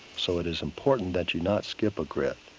so, it is important that you'll not skip a grit.